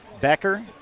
Becker